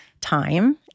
time